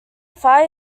fire